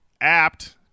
Apt